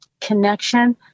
connection